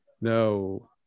No